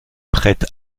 prête